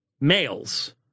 males